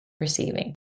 receiving